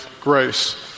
grace